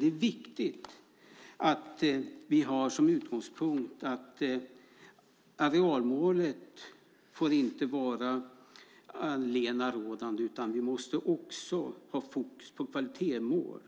Det är dock viktigt att arealmålet inte är allenarådande, utan vi måste också ha fokus på kvalitetsmål